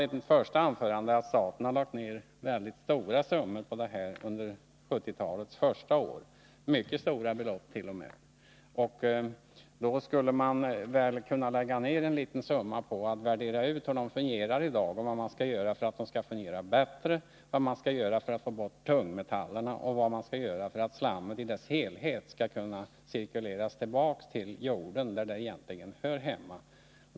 I mitt första anförande sade jag att staten har lagt ned mycket stora summor på det här under 1970-talets första år. Då skulle man väl också kunna lägga ned en liten summa på att utvärdera hur de kommunala avloppsreningsverken fungerar i dag och för att se efter vad man kan göra för att det skall kunna fungera bättre — vad man skall göra för att få bort tungmetallerna och för att slammet i dess helhet skall kunna cirkulera tillbaka till jorden, där det egentligen hör hemma.